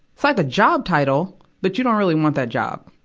it's like a job title, but you don't really want that job,